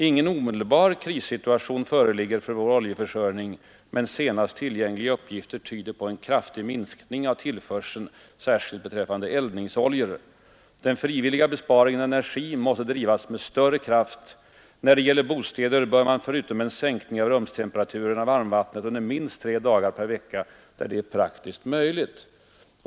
Ingen omedelbar krissituation föreligger för vår oljeförsörjning men senaste tillgängliga uppgifter tyder på en kraftig minskning av tillförseln, särskilt beträffande eldningsoljor. Den frivilliga besparingen av energi måste drivas med större kraft. När det gäller bostäder bör man förutom en sänkning av rumstemperaturen stänga av varmvattnet under minst tre dagar per vecka där det är praktiskt möjligt.